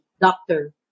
doctor